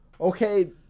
Okay